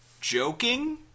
joking